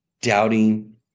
doubting